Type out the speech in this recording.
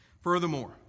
furthermore